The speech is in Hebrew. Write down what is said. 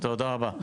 תודה רבה.